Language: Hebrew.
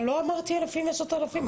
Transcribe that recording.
אבל לא אמרתי אלפים ועשרות אלפים.